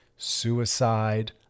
suicide